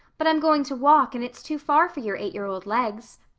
but i'm going to walk and it's too far for your eight-year-old legs.